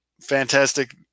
fantastic